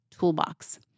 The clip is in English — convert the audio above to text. toolbox